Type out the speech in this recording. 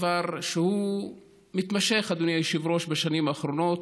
דבר שהוא מתמשך, אדוני היושב-ראש, בשנים האחרונות.